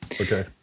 Okay